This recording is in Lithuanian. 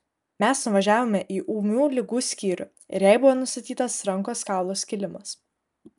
mes nuvažiavome į ūmių ligų skyrių ir jai buvo nustatytas rankos kaulo skilimas